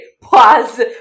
Pause